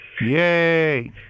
Yay